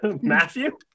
Matthew